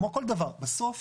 כמו כל דבר, בסוף